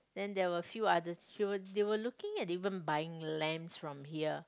then there were few other they were they were looking into buying lands from here